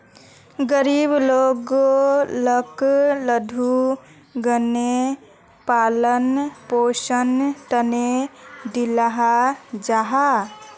गरीब लोग लाक लघु ऋण पालन पोषनेर तने दियाल जाहा